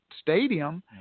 stadium